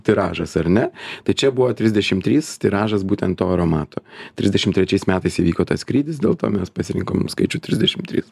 tiražas ar ne tai čia buvo trisdešim trys tiražas būtent to aromato trisdešim trečiais metais įvyko tas skrydis dėl to mes pasirinkom skaičių trisdešim trys